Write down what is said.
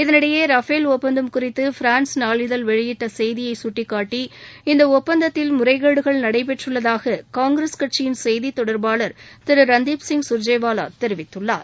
இதனிடையே ரஃபேல் ஒப்பந்தம் குறித்துபிரான்ஸ் நாளிதழவெளியிட்டசெய்தியைகட்டிகாட்டி இந்தஒப்பந்தத்தில் முறைகேடுகள் நடைபெற்றுள்ளதாககாங்கிரஸ் கட்சியின் செய்திதொடர்பாளர் திருரன்தீப் சுர்ஜிவாலாதெரிவித்துள்ளார்